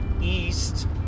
east